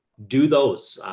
do those,